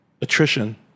attrition